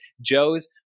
joe's